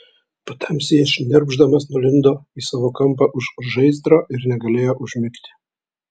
patamsyje šnirpšdamas nulindo į savo kampą už žaizdro ir negalėjo užmigti